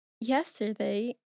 yesterday